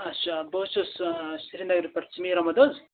اچھا بہٕ حظ چھُس سرینگرٕ پٮ۪ٹھ سمیر احمد حظ